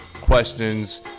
questions